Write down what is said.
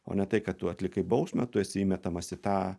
o ne tai kad tu atlikai bausmę tu esi įmetamas į tą